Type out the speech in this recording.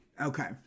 okay